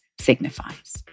signifies